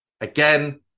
Again